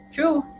True